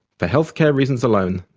for health-care reasons alone,